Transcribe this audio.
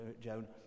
Joan